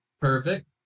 Perfect